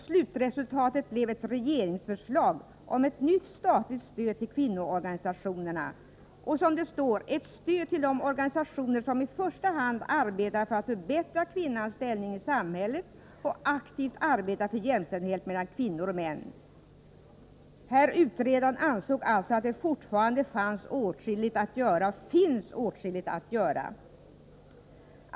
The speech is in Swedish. Slutresultatet blev ett regeringsförslag om ett nytt statligt stöd till kvinnoorganisationerna och, som det står i propositionen, ”ett stöd till de organisationer som i första hand arbetar på att förbättra kvinnans ställning i samhället och aktivt arbetar för jämställdhet mellan kvinnor och män”. Herr utredaren ansåg alltså att det fortfarande fanns åtskilligt att göra. Och det finns åtskilligt att göra!